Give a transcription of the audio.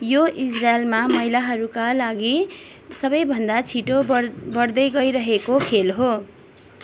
यो इजरायलमा महिलाहरूका लागि सबैभन्दा छिटो बढ् बढ्दै गइरहेको खेल हो